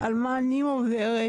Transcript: עוברת.